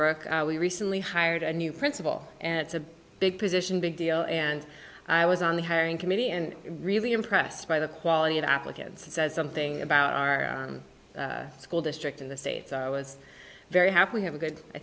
o we recently hired a new principal and it's a big position big deal and i was on the hiring committee and really impressed by the quality of applicants and said something about our school district in the states i was very happy we have a good i